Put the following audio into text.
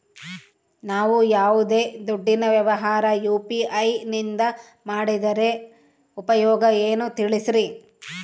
ನಾವು ಯಾವ್ದೇ ದುಡ್ಡಿನ ವ್ಯವಹಾರ ಯು.ಪಿ.ಐ ನಿಂದ ಮಾಡಿದ್ರೆ ಉಪಯೋಗ ಏನು ತಿಳಿಸ್ರಿ?